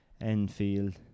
Enfield